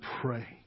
pray